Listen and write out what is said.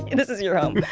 and this is your home